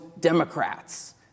Democrats